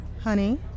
Honey